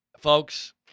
Folks